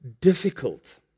difficult